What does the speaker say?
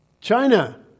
China